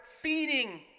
feeding